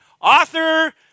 author